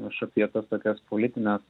aš apie tas tokias politines